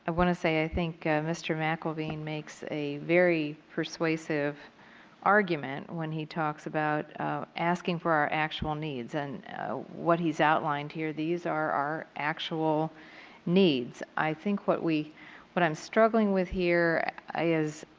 want to say i think mr. mcelveen makes a very persuasive argument when he talks about asking for our actual needs. and what he has outlined here, these are our actual needs. i think what we what i'm struggling with here is